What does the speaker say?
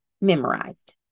memorized